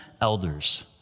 elders